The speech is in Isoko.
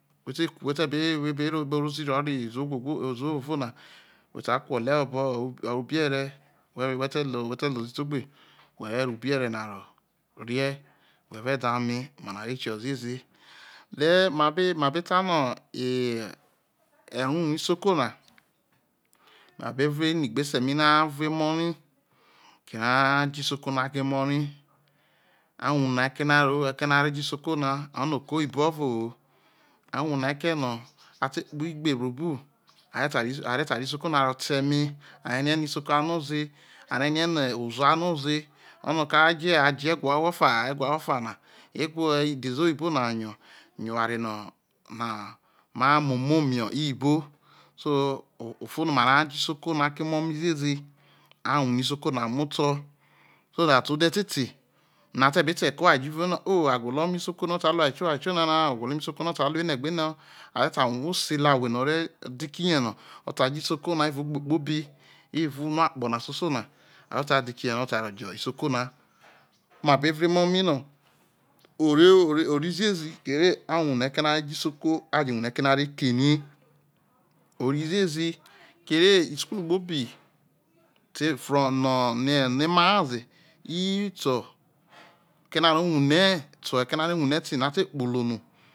we te we te bi ro bo ro zi ro re iziwo ovovo na iziwo ovovo na whe ta kru ole ho obo ubiere we te lo ozi te ogbe where ro ibiere na ro rie whe ve da ame ore na be kieho ziezi tha ma be ma bi ta ho e erunu isoko na ma be rue inu gbe ese mi na no ave emo n emi ri a wunea eke no a ro je isoko na orono ko oyibo ovohi a evune eke no a te kpo igbe buobu are ta ro isoko na ro ta eme are rie no isoko a noze are rie no ozo anoze oraniki aje aje egwo ahwo faho egwo ahwo ofana ye ejiwo idluze oyibo na yo go oware na ma mimi mio iyibo ufo no ma re je isoko ha ke emo mi zi ezu a wune isoko na mai oto so that ode te te no a be gwolo oke oware jo no omo isoko osa luo oware oware tua no na no ta luo ene gberu are ta rue owho se la we no ore dikihe no o ta re isoko na eavao egbe kpobi evao unuo akpo na soso na ore ta dikihe ore ta je isoko na ma be rue emo mi no ori ziezi kere a wane eke no are je isoko je wune eke no are kerie ori ziezi kere isukulu kpobi te bro no emo na ze ri to eke no aro wane eke no o re wune te no a te kpo no